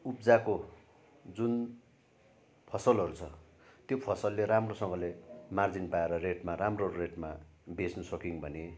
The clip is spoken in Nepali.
उब्जाएको जुन फसलहरू छ त्यो फसलले राम्रोसँगले मार्जिन पाएर रेटमा राम्रो रेटमा बेच्नुसक्यौँ भने